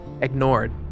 ignored